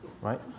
Right